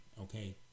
okay